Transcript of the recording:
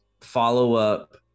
follow-up